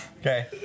Okay